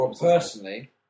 Personally